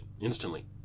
Instantly